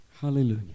Hallelujah